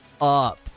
up